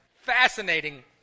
Fascinating